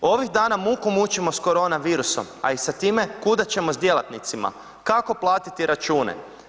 Ovih dana muku mučimo s korona virusom a i sa time kuda ćemo sa djelatnicima, kako platiti račune.